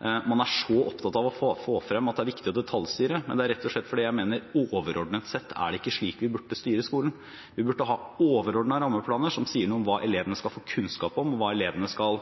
man er så opptatt av å få frem at det er viktig å detaljstyre. Det er rett og slett fordi jeg mener at overordnet sett er det ikke slik vi bør styre skolen. Vi bør ha overordnede rammeplaner som sier noe om hva elevene skal få kunnskap om, og hva elevene skal